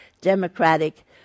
democratic